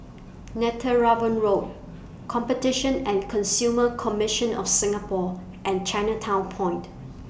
Netheravon Road Competition and Consumer Commission of Singapore and Chinatown Point